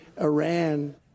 Iran